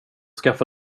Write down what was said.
skaffa